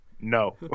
no